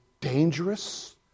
dangerous